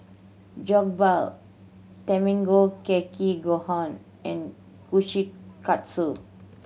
Jokbal Tamago Kake Gohan and Kushikatsu